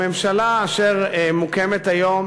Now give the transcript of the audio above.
הממשלה אשר מוקמת היום,